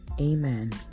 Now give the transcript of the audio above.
amen